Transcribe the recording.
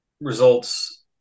results